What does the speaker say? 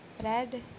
Bread